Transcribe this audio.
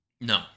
No